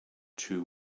two